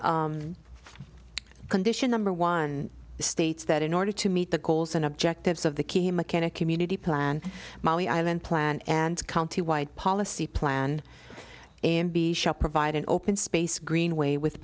condition number one states that in order to meet the goals and objectives of the key mckenna community plan molly i then plan and county wide policy plan and b shall provide an open space greenway with